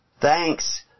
thanks